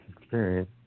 experience